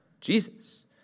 Jesus